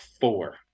four